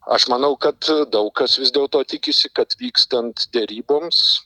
aš manau kad daug kas vis dėlto tikisi kad vykstant deryboms